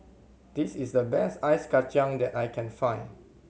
this is the best ice kacang that I can find